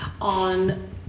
on